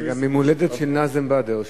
זה גם יום ההולדת של נאזם בדר.